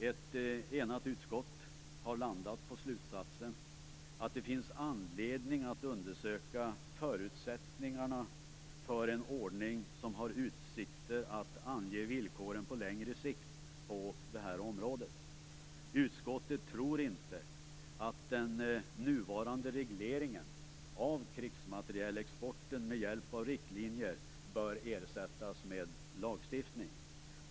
Ett enigt utskott har landat på slutsatsen att det finns anledning att undersöka förutsättningarna för en ordning som har utsikter att ange villkoren på längre sikt på det här området. Utskottet tror inte att den nuvarande regleringen av krigsmaterielexporten med hjälp av riktlinjer bör ersättas med lagstiftning.